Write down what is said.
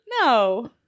no